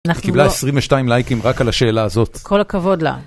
קיבלה 22 לייקים רק על השאלה הזאת. כל הכבוד לה.